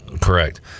Correct